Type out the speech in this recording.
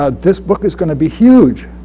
ah this book is going to be huge.